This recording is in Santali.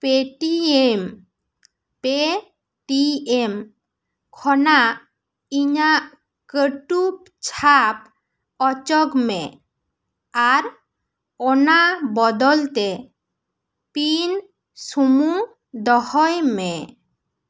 ᱯᱮ T M Paytm ᱠᱷᱚᱱᱟᱜ ᱤᱧᱟᱹᱜ ᱠᱟᱹᱴᱩᱵ ᱪᱷᱟᱯ ᱚᱪᱚᱜᱽ ᱢᱮ ᱟᱨ ᱚᱱᱟ ᱵᱚᱫᱚᱞ ᱛᱮ ᱯᱤᱱ ᱥᱩᱢᱩᱝ ᱫᱚᱦᱚᱭ ᱢᱮ